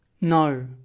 No